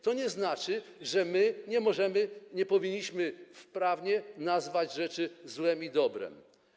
To nie znaczy, że my nie możemy, nie powinniśmy w prawie nazwać rzeczy złem i dobrem.